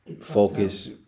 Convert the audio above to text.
focus